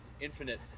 infinite